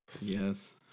Yes